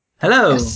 Hello